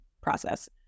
process